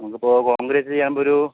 നമുക്കിപ്പോൾ കോൺക്രീറ്റ് ചെയ്യുമ്പോഴൊരു